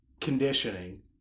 conditioning